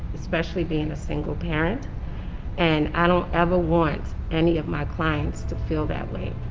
especially being a single parent and i don't ever want any of my clients to feel that way,